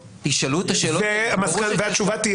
ומה תהיה התשובה?